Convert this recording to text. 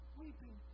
weeping